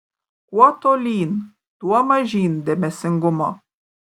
kuo tolyn tuo mažyn dėmesingumo